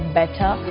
better